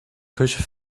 küche